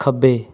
ਖੱਬੇ